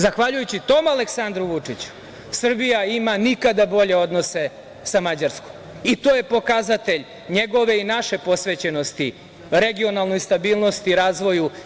Zahvaljujući tom Aleksandru Vučiću Srbija ima nikada bolje odnose sa Mađarskom i to je pokazatelj njegove i naše posvećenosti regionalnoj stabilnosti i razvoju.